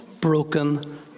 broken